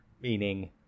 Meaning